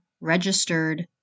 registered